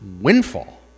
windfall